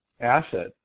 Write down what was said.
asset